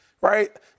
right